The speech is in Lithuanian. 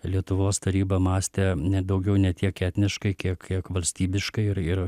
lietuvos taryba mąstė ne baugiau ne tiek etniškai kiek kiek valstybiškai ir ir